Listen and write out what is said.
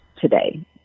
today